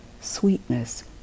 sweetness